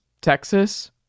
texas